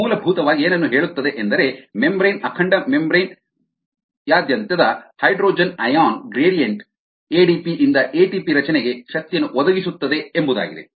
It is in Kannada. ಇದು ಮೂಲಭೂತವಾಗಿ ಏನನ್ನು ಹೇಳುತ್ತದೆ ಎಂದರೆ ಮೆಂಬರೇನ್ ಅಖಂಡ ಮೆಂಬರೇನ್ ಯಾದ್ಯಂತದ ಹೈಡ್ರೋಜನ್ ಅಯಾನ್ ಗ್ರೇಡಿಯಂಟ್ ಎಡಿಪಿ ಯಿಂದ ಎಟಿಪಿ ರಚನೆಗೆ ಶಕ್ತಿಯನ್ನು ಒದಗಿಸುತ್ತದೆ ಎಂಬುದಾಗಿದೆ